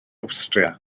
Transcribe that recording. awstria